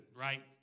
right